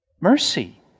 Mercy